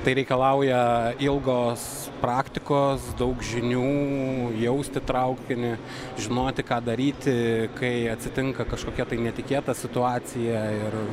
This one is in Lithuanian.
tai reikalauja ilgos praktikos daug žinių jausti trauktinį žinoti ką daryti kai atsitinka kažkokia netikėta situacija ir